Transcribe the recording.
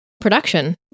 production